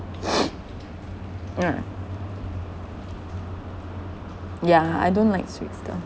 yeah yeah I don't like sweet stuff